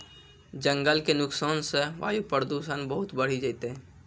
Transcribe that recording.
जंगल के नुकसान सॅ वायु प्रदूषण बहुत बढ़ी जैतै